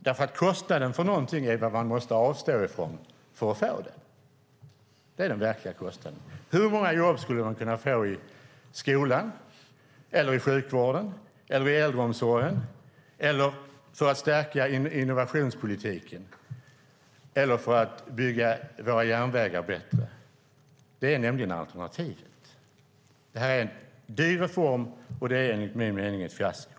Den verkliga kostnaden för någonting är vad man måste avstå från för att få det, och då är frågan: Hur många jobb skulle man kunna få i skolan, i sjukvården eller i äldreomsorgen för de här pengarna, eller hur mycket skulle de kunna stärka innovationspolitiken eller förbättra våra järnvägar? Det är nämligen alternativen. Det här är en dyr reform, och den är enligt min mening ett fiasko.